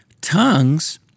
Tongues